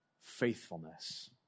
Faithfulness